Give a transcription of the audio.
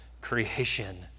creation